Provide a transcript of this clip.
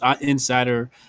Insider